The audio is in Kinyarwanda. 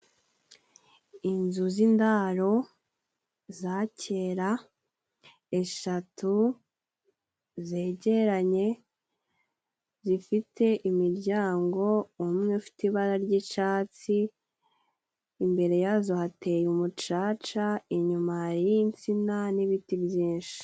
Inzu z'indaro za kera, eshatu zegeranye zifite imiryango. Umwe ufite ibara ry'icatsi, imbere yazo hateye umucaca, inyuma hariyo insina n'ibiti byinshi.